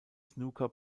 snooker